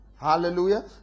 Hallelujah